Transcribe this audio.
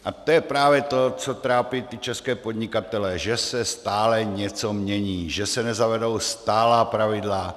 A to je právě to, co trápí české podnikatele, že se stále něco mění, že se nezavedou stálá pravidla.